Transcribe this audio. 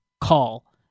call